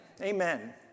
Amen